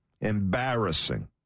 Embarrassing